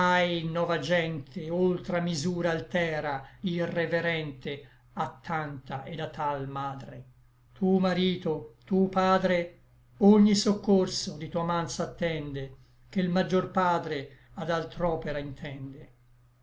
nova gente oltra misura altera irreverente a tanta et a tal madre tu marito tu padre ogni soccorso di tua man s'attende ché l maggior padre ad altr'opera intende